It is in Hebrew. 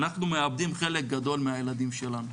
אנחנו מאבדים חלק גדול מהילדים שלנו,